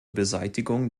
beseitigung